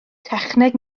techneg